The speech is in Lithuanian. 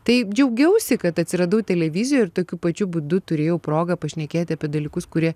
taip džiaugiausi kad atsiradau televizijoj ir tokiu pačiu būdu turėjau progą pašnekėt apie dalykus kurie